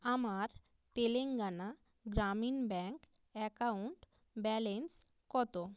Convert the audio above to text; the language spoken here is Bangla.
আমার Telangana Grameen bank account balance কত